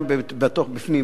גם בפנים,